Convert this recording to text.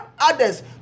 others